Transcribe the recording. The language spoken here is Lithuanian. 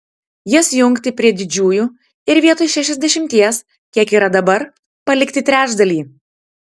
jas jungti prie didžiųjų ir vietoj šešiasdešimties kiek yra dabar palikti trečdalį